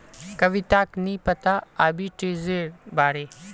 कविताक नी पता आर्बिट्रेजेर बारे